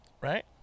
right